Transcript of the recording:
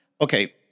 okay